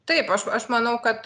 taip aš aš manau kad